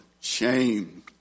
Shame